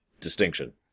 distinction